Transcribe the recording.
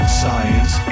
science